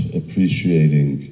appreciating